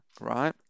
right